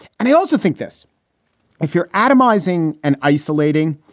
and i also think this if you're atomizing and isolating,